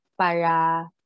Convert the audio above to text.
para